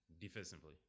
defensively